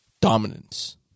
dominance